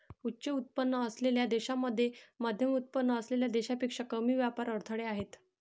उच्च उत्पन्न असलेल्या देशांमध्ये मध्यमउत्पन्न असलेल्या देशांपेक्षा कमी व्यापार अडथळे आहेत